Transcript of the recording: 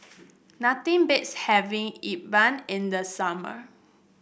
nothing beats having E Bua in the summer